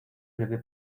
breve